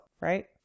right